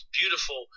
beautiful